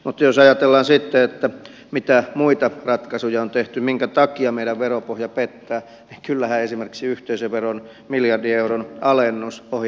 mutta jos ajatellaan sitten mitä muita ratkaisuja on tehty minkä takia meidän veropohja pettää niin kyllähän yksi on esimerkiksi yhteisöveron miljardin euron alennus ohi hallitusohjelman